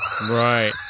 Right